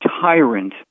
tyrant